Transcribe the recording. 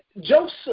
Joseph